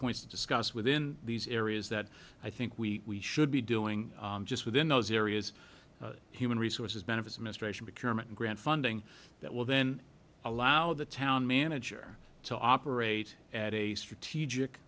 points to discuss within these areas that i think we should be doing just within those areas human resources benefits mr grant funding that will then allow the town manager to operate at a strategic